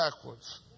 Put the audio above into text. backwards